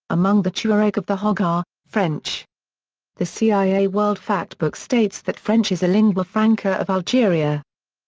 among the tuareg of the hoggar french the cia world factbook states that french is a lingua franca of algeria.